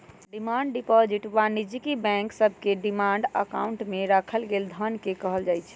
demand deposit वाणिज्यिक bank सभके demand account में राखल गेल धन के कहल जाइ छै